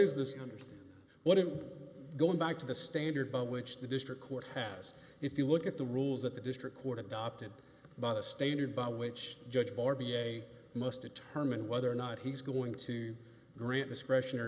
is this what it was going back to the standard by which the district court has if you look at the rules that the district court adopted by the standard by which judge bar b a must determine whether or not he's going to grant discretionary